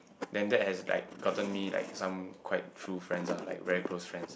then that is like cotton me like some quite true friends lah like very close friends